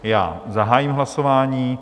Já zahájím hlasování.